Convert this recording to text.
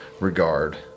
regard